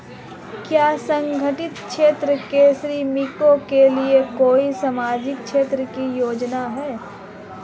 क्या असंगठित क्षेत्र के श्रमिकों के लिए कोई सामाजिक क्षेत्र की योजना है?